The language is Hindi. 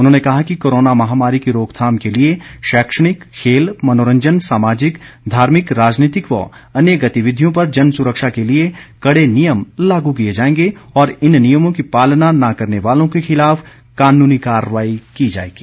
उन्होंने कहा कि कोरोना महामारी की रोकथाम के लिए शैक्षणिक खेल मनोरंजन सामाजिक धार्मिक राजनीतिक व अन्य गतिविधियों पर जन सुरक्षा के लिए कड़े नियम लागू किए जाएंगे और इन नियमों की पालना न करने वालों के खिलाफ कानूनी कार्रवाई की जाएगी